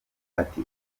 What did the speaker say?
ati